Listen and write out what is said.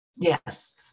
Yes